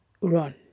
run